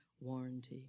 warranty